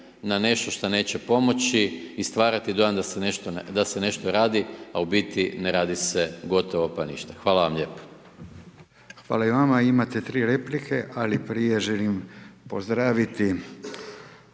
na nešto što neće pomoći i stvarati dojam da se nešto radi a u biti ne radi se gotovo pa ništa. Hvala vam lijepo. **Radin, Furio (Nezavisni)** Hvala i vama. Imate tri replike, ali prije želim pozdraviti